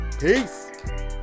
Peace